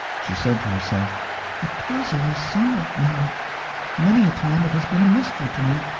she said to herself the puzzle is solved now many a time it has been a mystery to me,